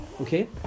Okay